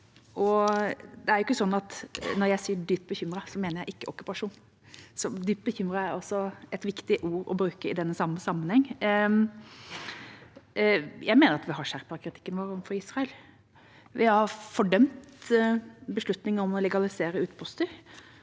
når jeg sier «dypt bekymret», at jeg ikke mener okkupasjon. Dypt bekymret er viktige ord å bruke i denne sammenheng. Jeg mener at vi har skjerpet kritikken vår overfor Israel. Vi har fordømt beslutningen om å legalisere utposter